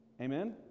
Amen